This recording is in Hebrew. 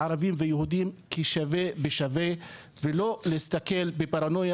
לערבים ויהודים כשווה בשווה ולא להסתכל בפרנויה